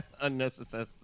Unnecessary